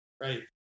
right